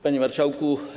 Panie Marszałku!